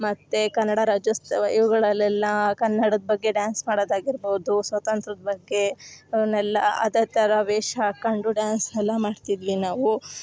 ಮತ್ತು ಕನ್ನಡ ರಾಜ್ಯೋತ್ಸವ ಇವುಗಳಲ್ಲೆಲ್ಲ ಕನ್ನಡದ ಬಗ್ಗೆ ಡ್ಯಾನ್ಸ್ ಮಾಡೋದಾಗಿರ್ಬೌದು ಸ್ವತಂತ್ರದ ಬಗ್ಗೇ ಅನ್ನೆಲ್ಲ ಅದೇ ಥರ ವೇಷ ಹಾಕೊಂಡು ಡ್ಯಾನ್ಸ್ ಎಲ್ಲ ಮಾಡ್ತಿದ್ವಿ ನಾವು